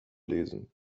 lesen